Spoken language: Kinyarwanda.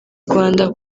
rwanda